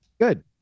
Good